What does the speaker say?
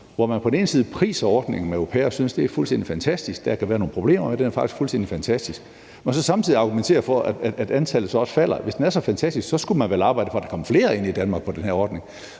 hvor man på den ene side priser ordningen med au pairer og synes, det er fuldstændig fantastisk. Der kan være nogle problemer, men den er faktisk fuldstændig fantastisk. Samtidig argumenterer man på den anden sige samtidig for, at antallet så også falder. Hvis den er så fantastisk, skulle man vel arbejde for, at der kom flere ind i Danmark på den her ordning.